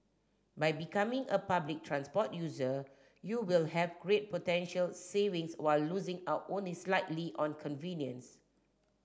by becoming a public transport user you will have great potential savings while losing out only slightly on convenience